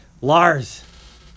Lars